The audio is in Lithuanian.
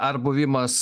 ar buvimas